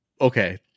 okay